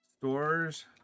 Stores